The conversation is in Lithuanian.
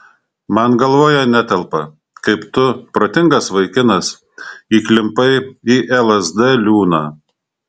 man galvoje netelpa kaip tu protingas vaikinas įklimpai į lsd liūną